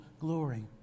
glory